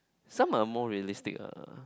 some are more realistic ah